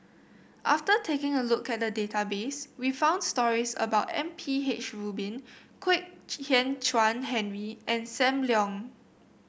after taking a look at the database we found stories about M P H Rubin Kwek Hian Chuan Henry and Sam Leong